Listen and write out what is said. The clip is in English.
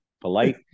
polite